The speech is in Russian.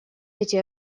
эти